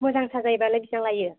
मोजां साजायबालाय बेसेबां लायो